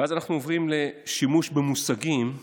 ואז אנחנו עוברים לשימוש במושגים שטוחים.